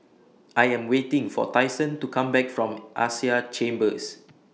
I Am waiting For Tyson to Come Back from Asia Chambers